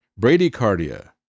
bradycardia